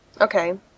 Okay